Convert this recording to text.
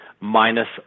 minus